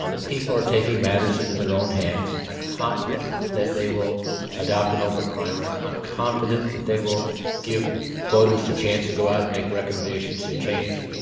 the people are taking matters into their own hands, i'm confident that they will adopt an open primary, i'm confident that they will give voters the chance to go out and make recommendations to change,